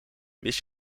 wist